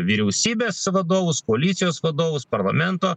vyriausybės vadovus koalicijos vadovus parlamento